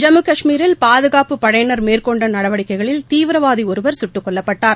ஜம்மு கஷ்மீரில் பாதுகாப்புப் படையினர் மேற்கொண்டநடவடிக்கைகளில் தீவிரவாதிஒருவர் சுட்டுக் கொல்லப்பட்டார்